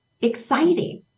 exciting